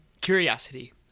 Curiosity